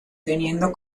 teniendo